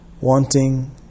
Wanting